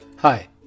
Hi